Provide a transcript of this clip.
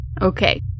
Okay